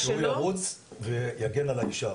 שלו, שהוא ירוץ ויגן על האישה.